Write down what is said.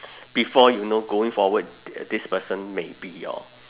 before you know going forward this person may be your